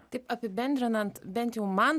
taip apibendrinant bent jau man